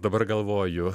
dabar galvoju